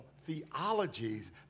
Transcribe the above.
theologies